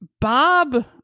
Bob